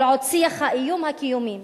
כל עוד שיח האיום הקיומי,